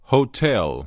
Hotel